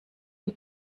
wie